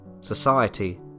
society